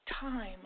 time